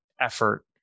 effort